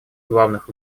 главных